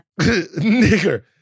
Nigger